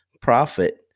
profit